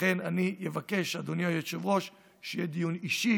לכן, אני אבקש, אדוני היושב-ראש, שיהיה דיון אישי